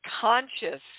conscious